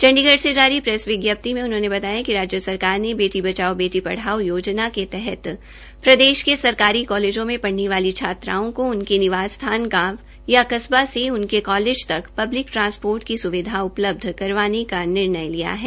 चंडीगढ़ से जारी प्रेस विजप्ति में उन्होंने बताया कि राज्य सरकार ने बेटी बचाओ बेटी पढ़ाओ योजना के तहत प्रदेश के सरकारी कालेजों में पढऩे वाली छात्राओं को उनके निवास स्थान गांव या कस्बा से उनके कालेज तक पब्लिक ट्रांसपोर्ट की सुविधा उपलब्ध करवाने का निर्णय लिया है